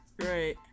right